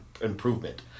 improvement